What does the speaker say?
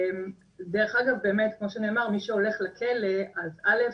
דרך אגב,, באמת כמו שנאמר, מי שהולך לכלא, אז א'